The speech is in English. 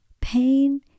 pain